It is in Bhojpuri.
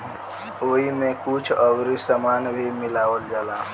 ओइमे कुछ अउरी सामान भी मिलावल जाला